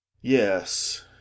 Yes